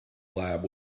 lab